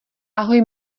ahoj